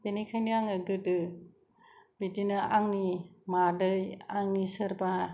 बेनिखायनो आङो गोदो बिदिनो आंनि मादै आंनि सोरबा